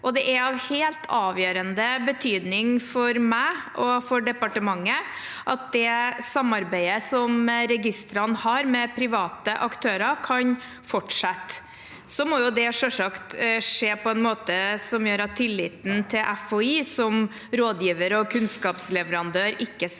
Det er av helt avgjørende betydning for meg og for departementet at det samarbeidet som registrene har med private aktører, kan fortsette. Det må selvsagt skje på en måte som gjør at tilliten til FHI som rådgiver og kunnskapsleverandør ikke svekkes.